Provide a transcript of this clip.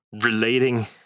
relating